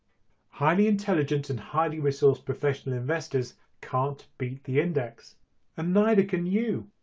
highly intelligent and highly resourced professional investors can't beat the index and neither can you!